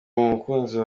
umukunzi